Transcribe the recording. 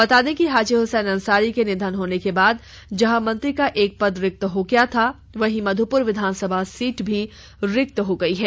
बता दें कि हाजी हुसैन अंसारी के निधन होने के बाद जहां मंत्री का एक पद रिक्त हो गया था वहीं मध्यपुर विधानसभा सीट भी रिक्त हो गई है